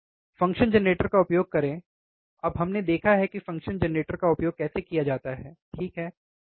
function generator का उपयोग करें अब हमने देखा है कि फ़ंक्शन जेनरेटर का उपयोग कैसे किया जाता है ठीक है